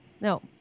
no